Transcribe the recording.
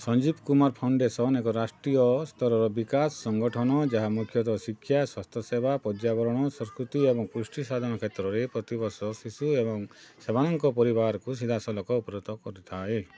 Sanjeev Kumar foundation ଏକ ରାଷ୍ଟ୍ରୀୟ ସ୍ତରର ବିକାଶ ସଙ୍ଗଠନ ଯାହା ମୁଖ୍ୟତଃ ଶିକ୍ଷା ସ୍ୱାସ୍ଥ୍ୟ ସେବାପର୍ଯ୍ୟାବରଣ ସଂସ୍କୃତି ଏବଂ ପୁଷ୍ଟିସାଧନ କ୍ଷେତ୍ରରେ ପ୍ରତିବର୍ଷ ଶିଶୁ ଏବଂ ସେମାନଙ୍କ ପରିବାରକୁ ସିଧାସଲଖ ଉପକୃତ କରିଥାଏ